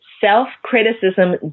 Self-criticism